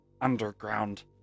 underground